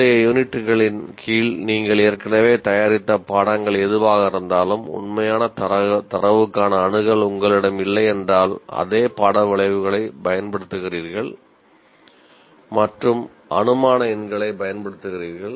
முந்தைய யூனிட்டுகளின் கீழ் நீங்கள் ஏற்கனவே தயாரித்த பாடங்கள் எதுவாக இருந்தாலும் உண்மையான தரவுக்கான அணுகல் உங்களிடம் இல்லையென்றால் அதே பாட விளைவுகளைப் பயன்படுத்துகிறீர்கள் மற்றும் அனுமான எண்களைப் பயன்படுத்துகிறீர்கள்